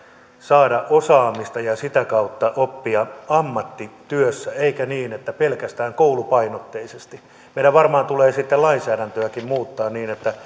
saada osaamista ja sitä kautta oppia ammatti työssä eikä niin että opitaan pelkästään koulupainotteisesti meidän varmaan tulee sitten lainsäädäntöäkin muuttaa niin että